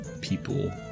people